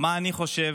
מה אני חושב